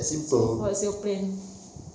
so what's your plan